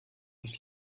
das